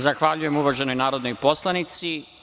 Zahvaljujem uvaženoj narodnoj poslanici.